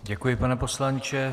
Děkuji, pane poslanče.